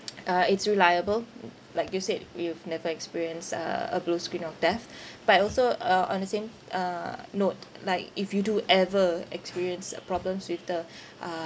uh it's reliable like you said you've never experienced uh a blue screen of death but also uh on the same uh note like if you do ever experience problems with the um